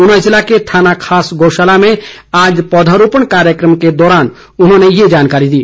ऊना जिला के थाना खास गौशाला में आज पौधारोपण कार्यक्रम के बाद उन्होंने ये जानकारी दी